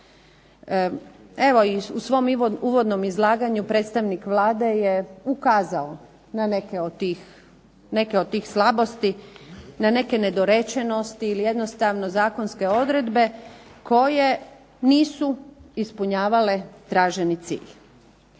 Evo u svom uvodnom izlaganju predstavnik Vlade je ukazao na neke od tih slabosti, na neke nedorečenosti ili jednostavno zakonske odredbe koje nisu ispunjavale traženi cilj.